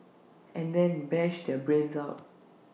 and then bash their brains out